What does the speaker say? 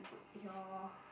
your